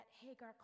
Hagar